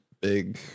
big